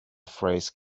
phrase